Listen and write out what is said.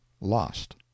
Lost